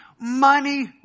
money